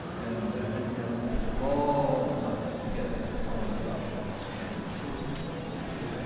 and andrew mellon paid a lot of money to get it from the russians and sort of paid ah